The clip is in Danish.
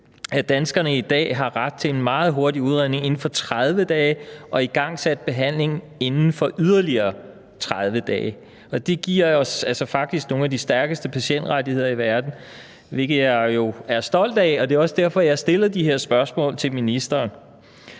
at danskerne i dag har ret til en meget hurtig udredning inden for 30 dage og en igangsat behandling inden for yderligere 30 dage. Og det giver os faktisk nogle af de stærkeste patientrettigheder i verden, hvilket jeg jo er stolt af, og det er også derfor, jeg stiller de her spørgsmål til ministeren.